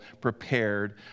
prepared